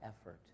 effort